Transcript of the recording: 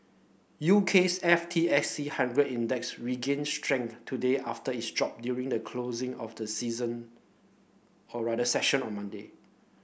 UK's F T S E hundred Index regained strength today after its drop during the closing of the season session on Monday